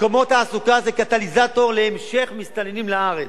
מקומות תעסוקה זה קטליזטור להמשך הגעת מסתננים לארץ.